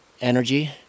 energy